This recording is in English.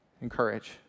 encourage